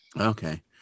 okay